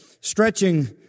stretching